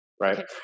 right